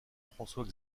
françois